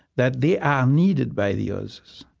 that they are needed by the others.